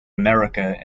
america